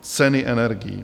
Ceny energií.